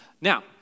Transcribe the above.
Now